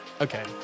Okay